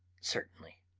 certainly.